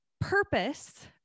purpose